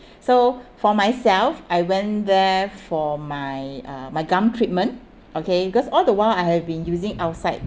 so for myself I went there for my uh my gum treatment okay because all the while I have been using outside